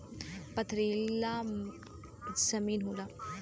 पथरीला जमीन होला